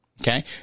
Okay